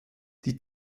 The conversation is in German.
die